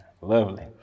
lovely